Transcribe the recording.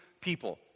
people